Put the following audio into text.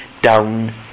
down